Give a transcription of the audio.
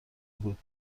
بود